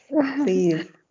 please